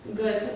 good